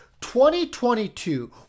2022